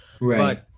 right